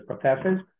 professors